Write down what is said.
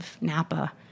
Napa